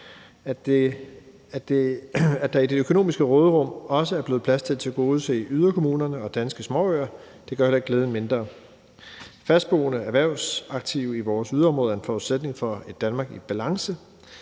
At der i det økonomiske råderum også er blevet plads til at tilgodese yderkommunerne og danske småøer, gør heller ikke glæden mindre. Fastboende erhvervsaktive i vores yderområder er en forudsætning for et Danmark i balance,